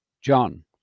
John